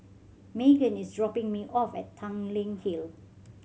Meaghan is dropping me off at Tanglin Hill